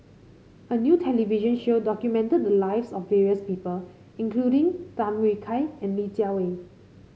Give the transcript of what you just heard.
a new television show documented the lives of various people including Tham Yui Kai and Li Jiawei